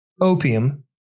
opium